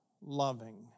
loving